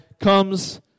comes